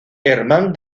herman